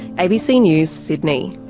abc news, sydney.